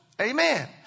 Amen